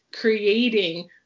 creating